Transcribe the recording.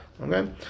Okay